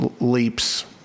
leaps